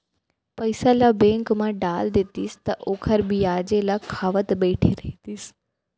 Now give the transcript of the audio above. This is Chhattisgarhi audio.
पइसा ल बेंक म डाल देतिस त ओखर बियाजे ल खावत बइठे रहितिस